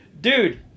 Dude